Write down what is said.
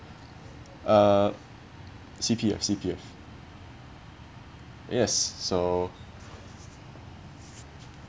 uh C_P_F C_P_F yes so